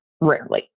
Rarely